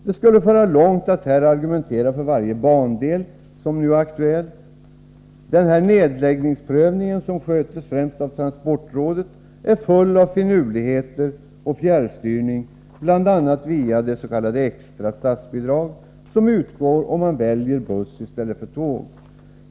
Det skulle föra för långt att här argumentera för varje bandel som nu är aktuell. Den nedläggningsprövning som sköts främst av transportrådet är full av finurligheter och fjärrstyrning, bl.a. via det s.k. extra statsbidrag som utgår om buss väljs i stället för tåg.